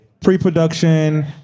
pre-production